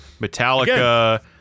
Metallica